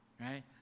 right